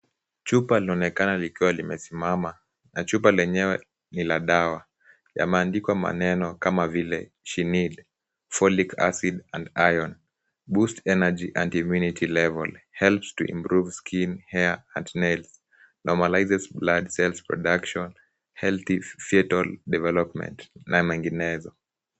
Chupa linaonekana likiwa limesimama na chupa lenyewe ni la dawa. Yameandikwa maneno kama vile She Need, Folic Acid And Iron, Boost Energy And Immunity Level, Helps To Improve Skin, Hair And Nails, Normalizes Blood Cells Production, Healthy Fetal Development na menginezo.